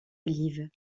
olives